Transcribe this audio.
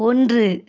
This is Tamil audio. ஒன்று